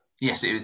Yes